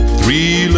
Three